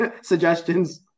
suggestions